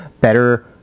better